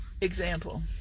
example